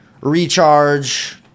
recharge